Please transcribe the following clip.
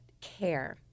care